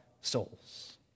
souls